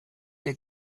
der